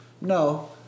No